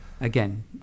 Again